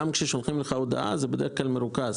גם כששולחים לך הודעה זה בדרך כלל מרוכז.